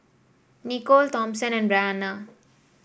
Nicole Thompson and Brianna